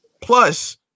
Plus